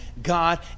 God